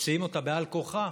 מוציאים אותם בעל כורחם,